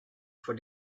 for